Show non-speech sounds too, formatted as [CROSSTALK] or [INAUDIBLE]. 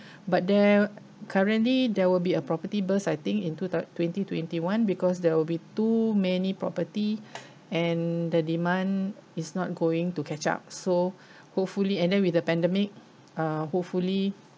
but then currently there will be a property burst I think in two thousa~ twenty twenty one because there will be too many property [BREATH] and the demand is not going to catch up so hopefully and then with the pandemic uh hopefully